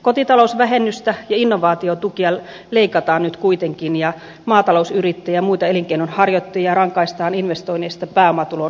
kotitalousvähennystä ja innovaatiotukea leikataan nyt kuitenkin ja maatalousyrittäjiä ja muita elinkeinonharjoittajia rangaistaan investoinneista pääomatulon veronkorotuksilla